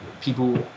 people